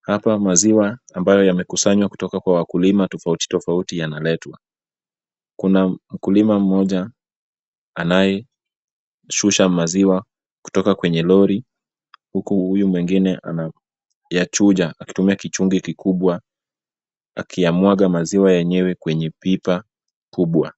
Hapa maziwa ambayo yamekusanywa kutoka kwa wakulima tofauti tofauti yanaletwa. Kuna mkulima mmoja anayeshusha maziwa kutoka kwenye lori huku huyu mwingine anayachuja akitumia kichungi kikubwa akiyamwaga maziwa yenyewe kwenye pipa kubwa.